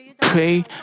pray